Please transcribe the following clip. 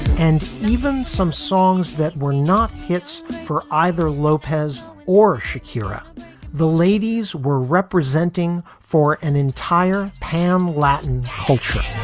and even some songs that were not hits for either lopez or shakira the ladies were representing for an entire pam latin culture